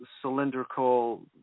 cylindrical